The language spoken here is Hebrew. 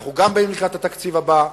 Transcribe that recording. אנחנו גם באים לקראת התקציב הבא.